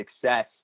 success